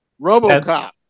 Robocop